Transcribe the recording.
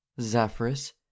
Zephyrus